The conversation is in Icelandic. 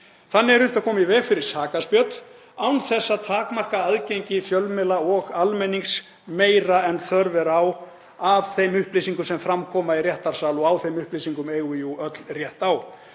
Þannig er unnt að koma í veg fyrir sakaspjöll án þess að takmarka aðgengi fjölmiðla og almennings meira en þörf er á að þeim upplýsingum sem fram koma í réttarsal og á þeim upplýsingum eigum við jú öll rétt á.